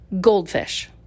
Goldfish